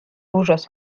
ужас